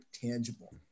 tangible